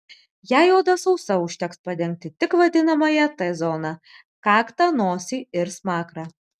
jei oda sausa užteks padengti tik vadinamąją t zoną kaktą nosį ir smakrą